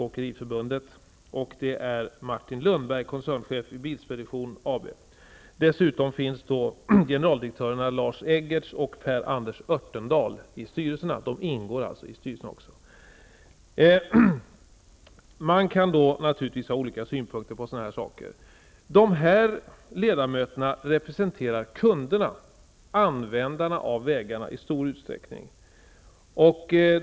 Åkeriförbundet, och Martin Lundberg, koncernchef i Bilspedition AB. Dessutom ingår generaldirektörerna Lars Eggertz och Per-Anders Örtendahl i styrelserna. Man kan naturligtvis ha olika synpunkter på sådana här frågor. Dessa ledamöter representerar i stor utsträckning kunderna, användarna av vägarna.